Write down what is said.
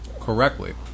correctly